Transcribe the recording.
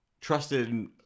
trusted